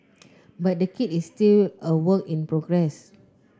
but the kit is still a work in progress